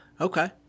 Okay